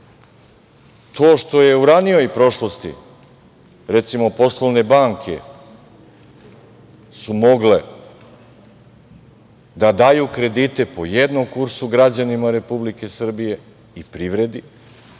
to što je u ranijoj prošlosti, recimo poslovne banke su mogle da daju kredite po jednom kursu građanima Republike Srbije i privredi,